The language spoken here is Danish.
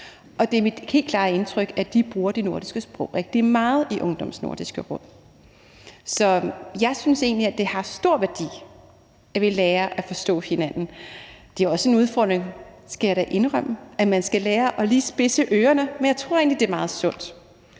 og det er mit helt klare indtryk, at de bruger de nordiske sprog rigtig meget i Ungdommens Nordiske Råd. Så jeg synes egentlig, at det har stor værdi, at vi lærer at forstå hinanden. Det er også en udfordring, skal jeg da indrømme, at man skal lære lige at spidse ørerne, men jeg tror egentlig, det er meget sundt.